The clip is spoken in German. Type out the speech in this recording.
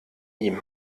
ihm